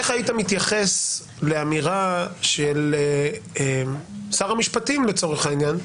איך היית מתייחס לאמירה של שר המשפטים לצורך העניין,